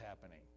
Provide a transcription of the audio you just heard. happening